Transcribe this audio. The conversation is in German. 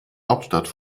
hauptstadt